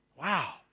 Wow